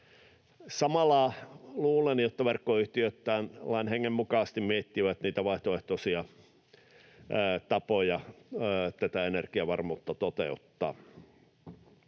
Samalla luulen, että verkkoyhtiöt tämän lain hengen mukaisesti miettivät vaihtoehtoisia tapoja toteuttaa tätä energiavarmuutta.